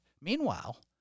Meanwhile